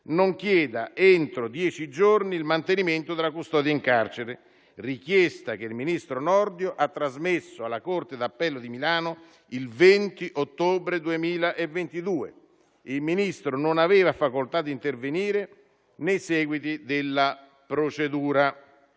non chieda entro dieci giorni il mantenimento della custodia in carcere; richiesta che il ministro Nordio ha trasmesso alla corte d'appello di Milano il 20 ottobre 2022. Il Ministro non aveva facoltà di intervenire nei seguiti della procedura.